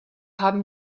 haben